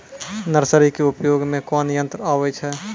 Nursery के उपयोग मे कोन यंत्र आबै छै?